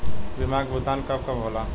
बीमा के भुगतान कब कब होले?